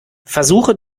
versuche